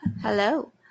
Hello